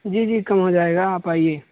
جی جی کم ہو جائے گا آپ آئیے